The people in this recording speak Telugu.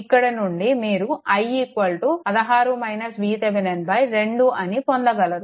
ఇక్కడ నుండి మీరు i 2 ని పొందగలరు